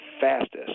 fastest